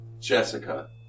Jessica